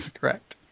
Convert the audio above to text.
Correct